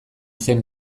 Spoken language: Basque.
zen